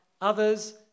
others